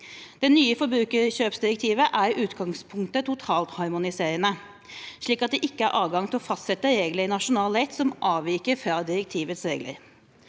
Det nye forbrukerkjøpsdirektivet er i utgangspunktet totalharmonisert, slik at det ikke er adgang til å fastsette regler i nasjonal rett som avviker fra direktivets regler.